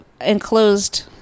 enclosed